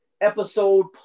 episode